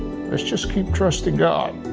let's just keep trusting god.